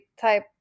type